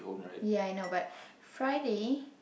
yea I know but Friday